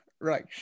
right